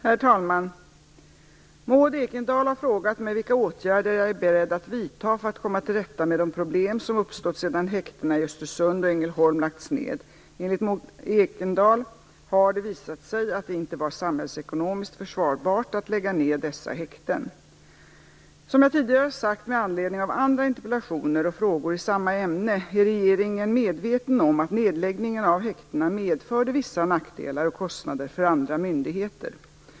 Herr talman! Maud Ekendahl har frågat mig vilka åtgärder jag är beredd att vidta för att komma till rätta med de problem som uppstått sedan häktena i Östersund och Ängelholm lagts ned. Enligt Maud Ekendahl har det visat sig att det inte var samhällsekonomiskt försvarbart att lägga ned dessa häkten. Som jag tidigare sagt med anledning av andra interpellationer och frågor i samma ämne är regeringen medveten om att nedläggningen av häktena medförde vissa nackdelar och kostnader för andra myndigheter.